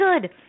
good